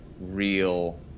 real